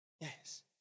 Yes